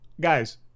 Guys